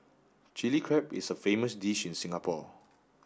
Chilli Crab is a famous dish in Singapore